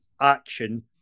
action